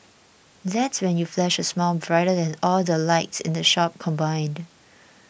that's when you flash a smile brighter than all the lights in the shop combined